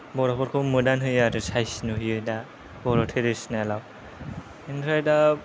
बर'फोरखौ मोदानहोयो आरो सायजा नुयो दा बर' थ्रेदिसनेल आव बिनिफ्राय दा